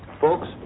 Folks